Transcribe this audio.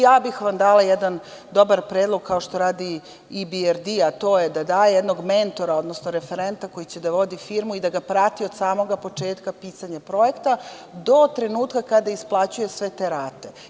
Ja bih vam dala jedan dobar predlog kao što radi i IBRD, a to je da da jednog mentora, odnosno referenta koji će da vodi firmu i da ga prati od samog početka pisanja projekta do trenutka kada isplaćuje sve te sate.